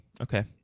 Okay